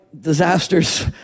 disasters